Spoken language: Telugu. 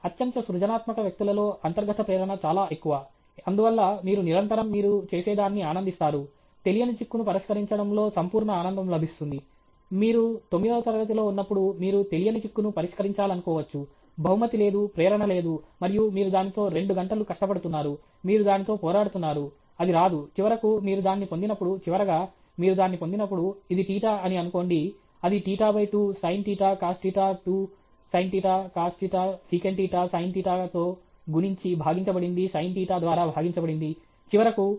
అత్యంత సృజనాత్మక వ్యక్తులలో అంతర్గత ప్రేరణ చాలా ఎక్కువ అందువల్ల మీరు నిరంతరం మీరు చేసేదాన్ని ఆనందిస్తారు తెలియని చిక్కును పరిష్కరించడంలో సంపూర్ణ ఆనందం లభిస్తుంది మీరు తొమ్మిదవ తరగతి లో ఉన్నప్పుడు మీరు తెలియని చిక్కును పరిష్కరించాలనుకోవచ్చు బహుమతి లేదు ప్రేరణ లేదు మరియు మీరు దానితో రెండు గంటలు కష్టపడుతున్నారు మీరు దానితో పోరాడుతున్నారు అది రాదు చివరకు మీరు దాన్ని పొందినప్పుడు చివరగా మీరు దాన్ని పొందినప్పుడు ఇది తీటా అని అనుకోండి అది తీటా2 sine theta cos theta 2 sine theta cos theta secant theta sine theta తో గుణించి భాగించబడింది సైన్ తీటా ద్వారా భాగించబడింది చివరకు L